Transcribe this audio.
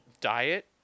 Diet